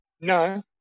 No